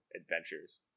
adventures